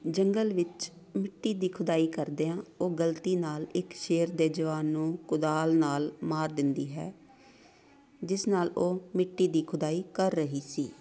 ਜੰਗਲ ਵਿੱਚ ਮਿੱਟੀ ਦੀ ਖੁਦਾਈ ਕਰਦਿਆਂ ਉਹ ਗਲਤੀ ਨਾਲ ਇੱਕ ਸ਼ੇਰ ਦੇ ਜਵਾਨ ਨੂੰ ਕੁਦਾਲ ਨਾਲ ਮਾਰ ਦਿੰਦੀ ਹੈ ਜਿਸ ਨਾਲ ਉਹ ਮਿੱਟੀ ਦੀ ਖੁਦਾਈ ਕਰ ਰਹੀ ਸੀ